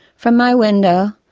from my window,